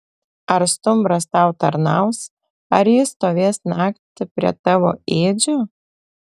ar stumbras tau tarnaus ar jis stovės naktį prie tavo ėdžių